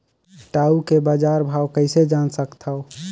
टाऊ के बजार भाव कइसे जान सकथव?